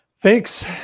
Thanks